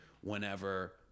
whenever